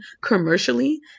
commercially